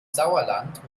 sauerland